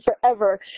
forever